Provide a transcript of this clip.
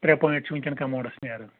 ترٛےٚ پویِنٛٹ چھِ وٕنکین کَموڈس نیران